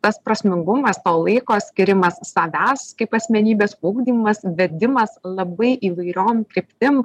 tas prasmingumas to laiko skyrimas savęs kaip asmenybės ugdymas vedimas labai įvairiom kryptim